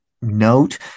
note